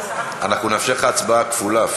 אנחנו נאפשר לך אפילו הצבעה כפולה,